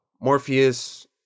Morpheus